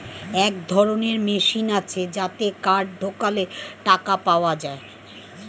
এক ধরনের মেশিন আছে যাতে কার্ড ঢোকালে টাকা পাওয়া যায়